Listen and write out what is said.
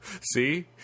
See